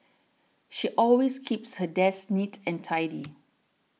she always keeps her desk neat and tidy